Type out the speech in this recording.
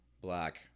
black